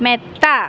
മെത്ത